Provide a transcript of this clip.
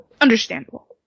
Understandable